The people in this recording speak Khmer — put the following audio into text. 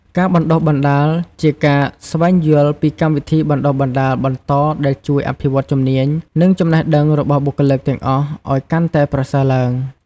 ការបណ្តុះបណ្តាលជាការ ស្វែងយល់ពីកម្មវិធីបណ្តុះបណ្តាលបន្តដែលជួយអភិវឌ្ឍជំនាញ និងចំណេះដឹងរបស់បុគ្គលិកទាំងអស់ឲ្យកាន់តែប្រសើរឡើង។